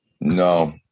No